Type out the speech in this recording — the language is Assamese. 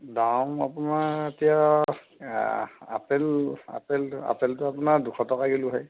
দাম আপোনাৰ এতিয়া আপেল আপেল আপেলটো আপোনাৰ দুশ টকা কিলো হয়